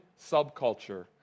subculture